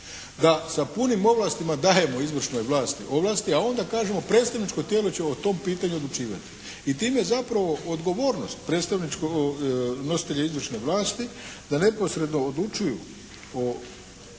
da sa punim ovlastima dajemo izvršnoj vlasti ovlasti a onda kažemo predstavničko tijelo će o tom pitanju odlučivati. I time zapravo odgovornost nositelja izvršne vlasti da neposredno odlučuju o